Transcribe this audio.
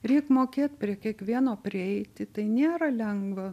reik mokėt prie kiekvieno prieiti tai nėra lengva